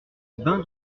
bain